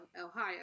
Ohio